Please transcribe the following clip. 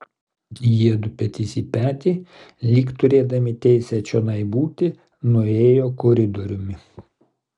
jiedu petys į petį lyg turėdami teisę čionai būti nuėjo koridoriumi